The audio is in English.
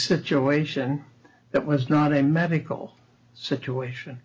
situation that was not a medical situation